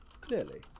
Clearly